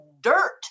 dirt